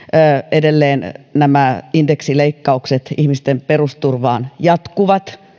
edelleen nämä indeksileikkaukset ihmisten perusturvaan jatkuvat